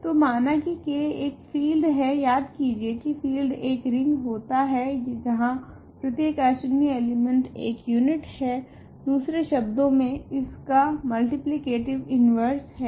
तो माना की K एक फील्ड है याद कीजिए की फील्ड एक रिंग होता है जहां प्रत्येक अशून्य एलिमेंट एक यूनिट है दूसरे शब्दों में इसका मल्टीप्लीकेटिव इन्वेर्स है